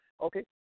Okay